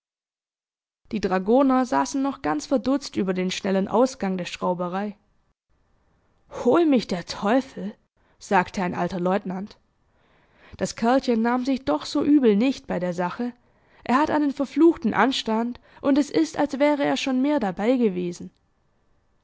die dragoner saßen noch ganz verdutzt über den schnellen ausgang der schrauberei hol mich der teufel sagte ein alter leutnant das kerlchen nahm sich doch so übel nicht bei der sache er hat einen verfluchten anstand und es ist als wäre er schon mehr dabei gewesen